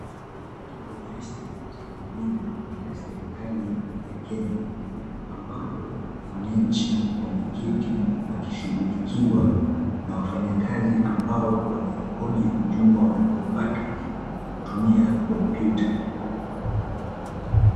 Ni katika ofisi za huduma ya serikali ya Kenya ambapo wananchi wameketi wakishughilikiwa na wafanyakazi ambao wanarekodi ujumbe wanaoupata kutumia kompyuta.